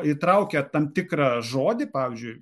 įtraukia tam tikrą žodį pavyzdžiui